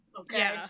Okay